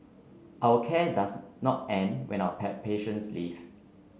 our care does not end when our pair patients leave